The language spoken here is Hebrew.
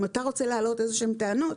אם אתה רוצה להעלות איזשהן טענות,